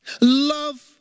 love